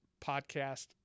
podcast